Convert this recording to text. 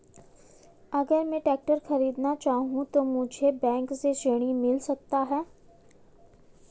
अगर मैं ट्रैक्टर खरीदना चाहूं तो मुझे बैंक से ऋण मिल सकता है?